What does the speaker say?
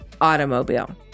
automobile